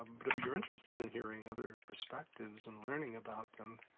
um but if you're interested in hearing other perspectives and learning about them,